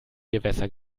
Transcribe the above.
gewässer